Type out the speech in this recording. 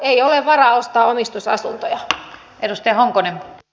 ei ole varaa ostaa omistusasuntoja